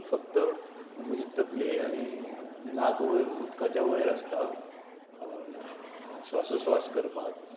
फक्त म्हजी तकली आनी नाक वयर उतकाच्या वयर आसता स्वासोस्वास करपाक